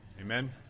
Amen